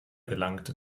gelangte